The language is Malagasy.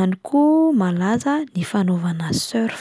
any koa malaza ny fanaovana surf.